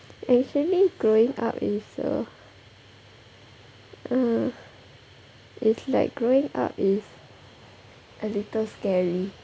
actually growing up is a uh is like growing up is a little scary